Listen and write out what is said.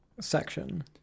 section